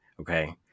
okay